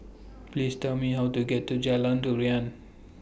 Please Tell Me How to get to Jalan Durian